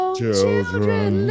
children